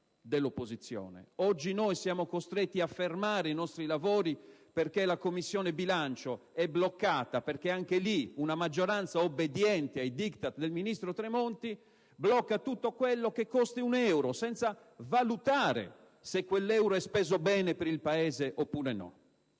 dell'opposizione. Oggi noi siamo costretti a fermare i nostri lavori in quanto la Commissione bilancio è bloccata, perché una maggioranza obbediente ai *diktat* del ministro Tremonti blocca tutto quanto comporta il costo di un euro, senza valutare se quell'euro sia speso bene per il Paese oppure no.